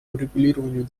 урегулированию